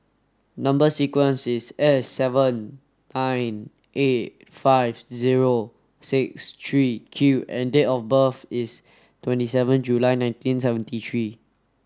number sequence is S seven nine eight five zero six three Q and date of birth is twenty seven July nineteen seventy three